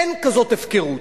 אין כזאת הפקרות.